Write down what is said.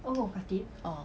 orh